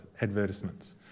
advertisements